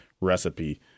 recipe